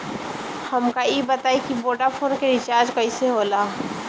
हमका ई बताई कि वोडाफोन के रिचार्ज कईसे होला?